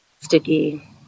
Sticky